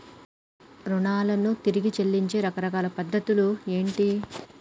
రుణాలను తిరిగి చెల్లించే రకరకాల పద్ధతులు ఏంటి?